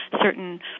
certain